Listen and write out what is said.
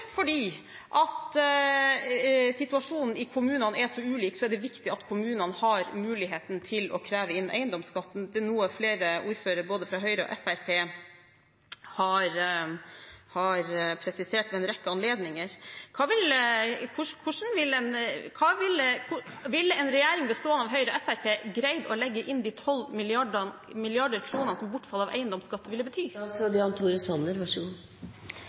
fordi situasjonen i kommunene er så ulik, er det viktig at kommunene har muligheten til å kreve inn eiendomsskatt, noe flere ordførere fra både Høyre og Fremskrittspartiet har presisert ved en rekke anledninger. Ville en regjering bestående av Høyre og Fremskrittspartiet greid å legge inn de 12 mrd. kr som bortfall av eiendomsskatt ville bety?